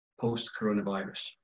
post-coronavirus